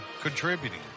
contributing